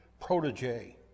protege